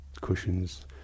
cushions